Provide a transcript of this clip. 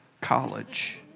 College